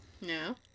No